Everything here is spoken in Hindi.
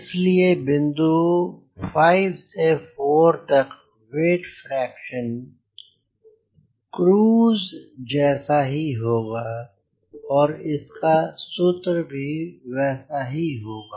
इसलिए बिंदु 5 से 4 तक वेट फ्रैक्शन क्रूज जैसा ही होगा और इसका सूत्र भी वैसा ही होगा